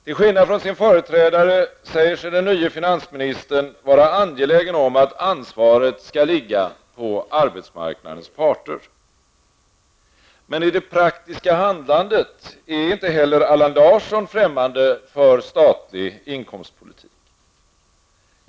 Till skillnad från sin företrädare säger sig den nye finansministern vara angelägen om att ansvaret skall ligga på arbetsmarknadens parter. Men i det praktiska handlandet är inte heller Allan Larsson främmande för statlig inkomstpolitik.